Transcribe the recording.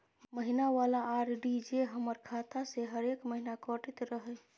महीना वाला आर.डी जे हमर खाता से हरेक महीना कटैत रहे?